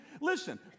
listen